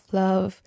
love